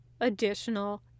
additional